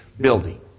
building